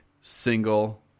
single